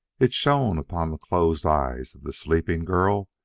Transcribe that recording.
it shone upon the closed eyes of the sleeping girl,